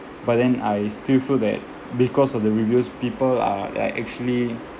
but then I still feel that because of the reviews people are like actually